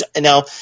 Now